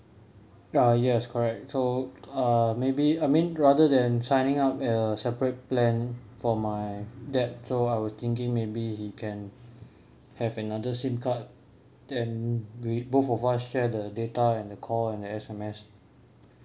ah yes correct so uh maybe I mean rather than signing up a separate plan for my dad so I was thinking maybe he can have another SIM card and we both of us share the data and the call and the S_M_S